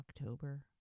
October